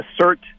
assert